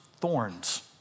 thorns